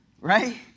right